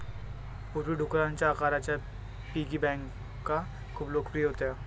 पूर्वी, डुकराच्या आकाराच्या पिगी बँका खूप लोकप्रिय होत्या